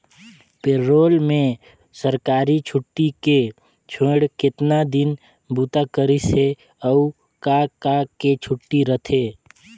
पे role में सरकारी छुट्टी के छोएड़ केतना दिन बूता करिस हे, अउ का का के छुट्टी रथे